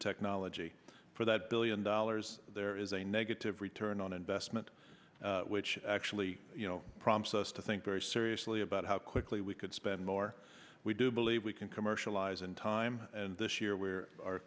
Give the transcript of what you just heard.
technology for that billion dollars there is a negative return on investment which actually you know prompts us to think very seriously about how quickly we could spend more we do believe we can commercialize in time and this year we're